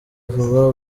vuba